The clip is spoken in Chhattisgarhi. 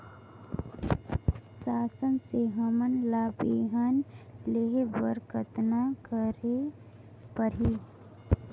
शासन से हमन ला बिहान लेहे बर कतना करे परही?